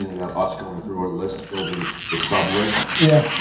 us going through our list, building the sub-list. yeah.